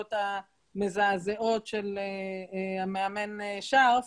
בהתבטאויות המזעזעות של המאמן שרף.